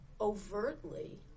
overtly